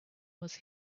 was